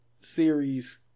series